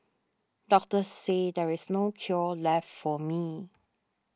doctors said there is no cure left for me